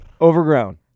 overgrown